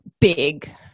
big